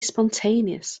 spontaneous